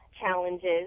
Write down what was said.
challenges